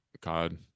God